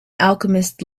alchemist